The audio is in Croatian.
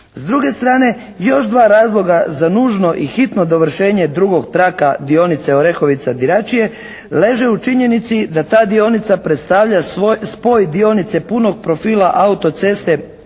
S druge strane još dva razloga za nužno i hitno dovršenje drugog traka dionice Orehovica-Diračije leže u činjenici da ta dionica predstavlja spoj dionice punog profila autoceste Rupa-Diračije